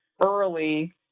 early